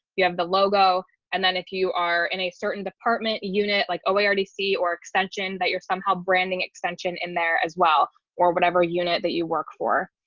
you have the logo. and then if you are in a certain department unit like oh i already see or extension that you're somehow branding extension in there as well or whatever unit that you work for.